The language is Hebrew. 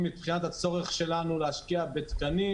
הצורך שלנו להשקיע בתקנים